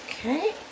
Okay